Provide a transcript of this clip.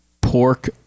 pork